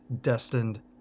destined